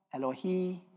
Elohi